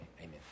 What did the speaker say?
amen